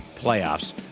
playoffs